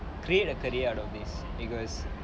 create a career out of this because